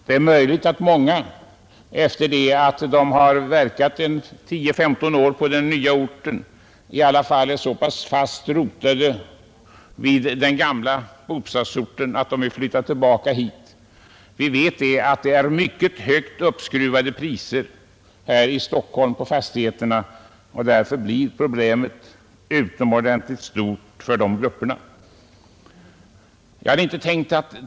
Det är möjligt att några sedan de har verkat tio femton år på den nya orten i alla fall känner sig så pass fast rotade i den gamla bostadsorten att de vill flytta tillbaka. Det är mycket högt uppskruvade priser på fastigheter här i Stockholm, och därför blir problemet utomordentligt stort för de människor som berörs av denna utflyttning.